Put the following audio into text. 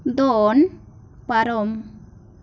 ᱫᱚᱱ ᱯᱟᱨᱚᱢ